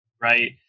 right